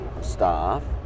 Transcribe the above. staff